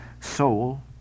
soul